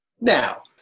Now